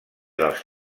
dels